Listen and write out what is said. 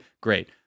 Great